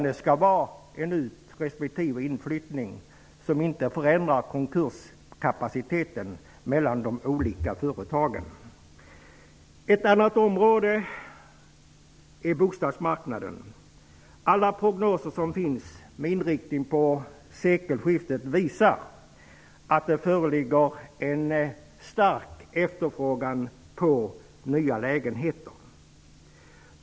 Det skall vara en ut respektive inflyttning som inte förändrar konkurrenskapaciteten mellan de olika företagen. Ett annat område är bostadsmarknaden. Alla prognoser med inriktning på sekelskiftet som finns visar att det föreligger en stark efterfrågan på nya lägenheter.